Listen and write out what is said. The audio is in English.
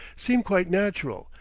seem quite natural,